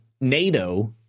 NATO